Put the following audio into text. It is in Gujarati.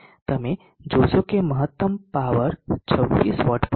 તમે જોશો કે મહત્તમ પાવર 26 વોટ પર હતી